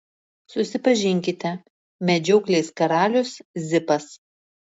susipažinkite medžioklės karalius zipas